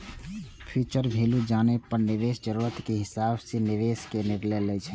future value जानै पर निवेशक जरूरत के हिसाब सं निवेश के निर्णय लै छै